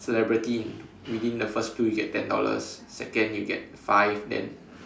celebrity in within the first two you get ten dollars second you get five then